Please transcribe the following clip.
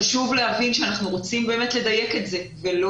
חשוב להבין שאנחנו רוצים באמת לדייק את זה ולא